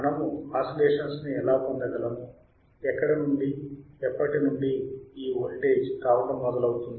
మనము ఆసిలేషన్స్ ని ఎలా పొందగలము ఎక్కడ నుండి ఎప్పటి నుండి ఈ వోల్టేజ్ రావటం మొదలవుతుంది